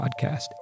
podcast